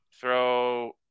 throw